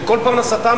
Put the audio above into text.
שכל פעם פרנסתם,